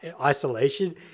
isolation